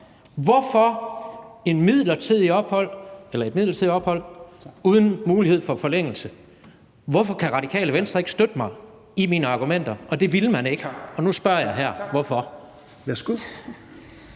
hvorfor et midlertidigt ophold uden mulighed for forlængelse? Hvorfor kunne Radikale Venstre ikke støtte mig i mine argumenter? Det ville man ikke. Så nu spørger jeg her hvorfor. Kl.